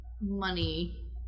Money